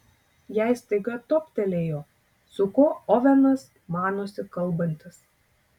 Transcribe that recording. jai staiga toptelėjo su kuo ovenas manosi kalbantis